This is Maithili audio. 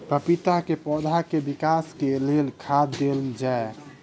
पपीता केँ पौधा केँ विकास केँ लेल केँ खाद देल जाए?